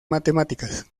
matemáticas